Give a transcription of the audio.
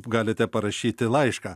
galite parašyti laišką